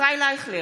ישראל אייכלר,